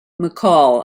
mccall